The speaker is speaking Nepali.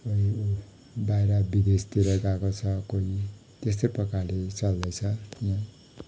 कोही उ बाहिर विदेशतिर गएको छ कोही त्यस्तै प्रकारले चल्दैछ यहाँ